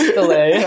delay